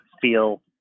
feel